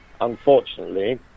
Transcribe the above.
unfortunately